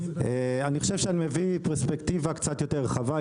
אני חושב שאני מביא פרספקטיבה קצת יותר רחבה,